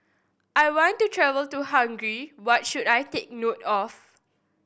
I want to travel to Hungary what should I take note of